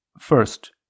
First